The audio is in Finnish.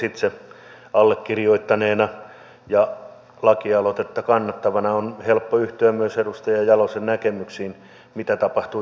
itse allekirjoittaneena ja lakialoitetta kannattavana on helppo yhtyä myös edustaja jalosen näkemyksiin mitä tapahtui pori jazzeilla